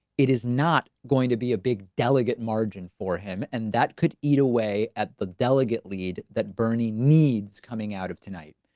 it is not going to be a big delegate margin for him, and that could eat away at the delegate lead that bernie needs coming out of tonight.